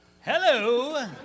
Hello